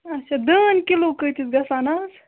اَچھا دٲن کِلوٗ کۭتِس گژھان اَز